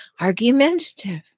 argumentative